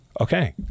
Okay